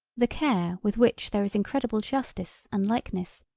the care with which there is incredible justice and likeness,